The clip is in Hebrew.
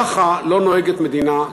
ככה לא נוהגת מדינה,